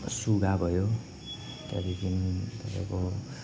सुगा भयो त्यहाँदेखि तपाईँको